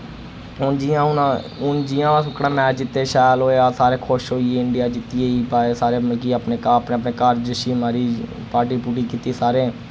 हुन जि'यां हुन हुन जियां अस ओह्कड़ा मैच जित्तेआ शैल होआ सारे खुश होइये इंडिया जित्ती गयी बाच सारे मतलब कि अपने घा अपने अपने जशी मारी पार्टी पूर्टी कीत्ति सारें